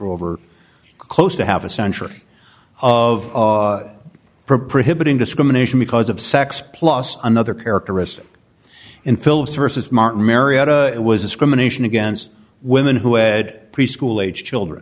for over close to half a century of for prohibiting discrimination because of sex plus another characteristic in philips versus martin marietta it was discrimination against women who had preschool aged children